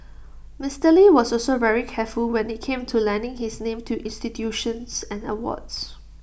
Mister lee was also very careful when IT came to lending his name to institutions and awards